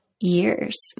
years